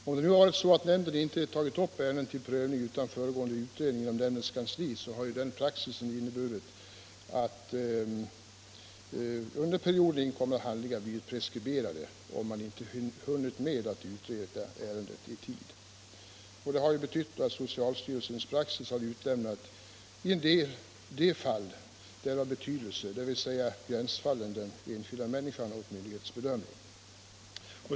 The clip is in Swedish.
Om det nu är så att ansvarsnämnden inte upptar ärendet till prövning utan föregående utredning inom nämndens kansli, innebär denna praxis att under perioden inkomna handlingar blivit preskriberade om man inte hunnit med att utreda ärendet i tid. Det har betytt att socialstyrelsens praxis i de fall där den är av betydelse, dvs. i gränsfallen, har utlämnat den enskilda människan åt myndighetens bedömning.